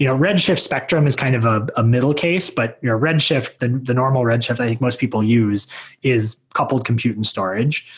you know red shift spectrum is kind of a ah middle case, but red shift, the the normal red shift i think most people use is coupled compute and storage,